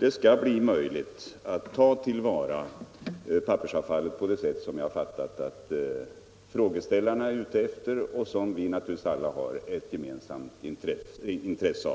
det skall bli möjligt att ta till vara pappersavfallet på det sätt som jag fattat att frågeställarna är ute efter och som vi naturligtvis alla har ett gemensamt intresse av.